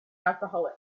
alcoholic